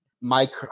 Mike